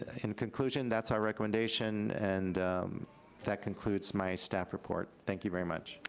in conclusion that's our recommendation, and that concludes my staff report. thank you very much.